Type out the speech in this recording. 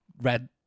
red